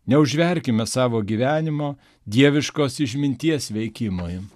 neužmerkime savo gyvenimo dieviškos išminties veikimui